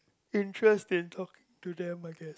interest in talk to them I guess